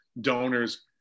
donors